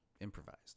improvised